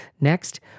Next